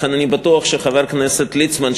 לכן אני בטוח שחבר הכנסת ליצמן,